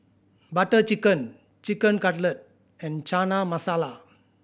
Butter Chicken Chicken Cutlet and Chana Masala